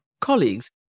colleagues